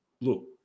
look